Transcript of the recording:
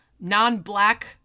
non-black